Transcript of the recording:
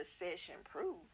recession-proof